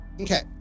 okay